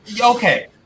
Okay